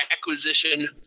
acquisition